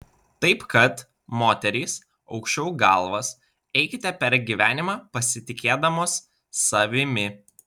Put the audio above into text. taip kad moterys aukščiau galvas eikite per gyvenimą pasitikėdamos savimi